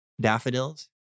daffodils